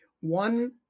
One